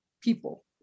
people